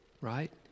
right